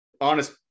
honest